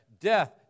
death